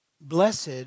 Blessed